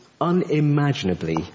unimaginably